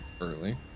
early